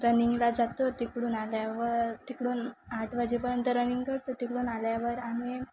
रनिंगला जातो तिकडून आल्यावर तिकडून आठ वाजेपर्यंत रनिंग करतो तिकडून आल्यावर आम्ही